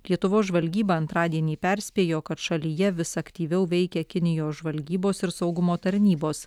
lietuvos žvalgyba antradienį perspėjo kad šalyje vis aktyviau veikia kinijos žvalgybos ir saugumo tarnybos